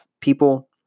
people